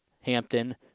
Hampton